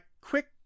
quick